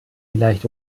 vielleicht